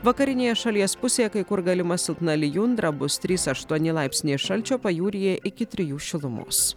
vakarinėje šalies pusėje kai kur galima silpna lijundra bus trys aštuoni laipsniai šalčio pajūryje iki trijų šilumos